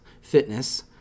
fitness